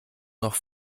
noch